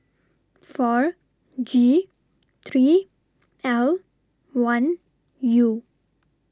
four G three L one U